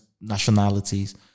nationalities